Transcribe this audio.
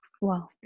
Wow